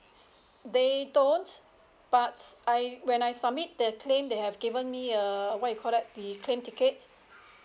they don't but I when I submit the claim they have given me a what you call that the claim ticket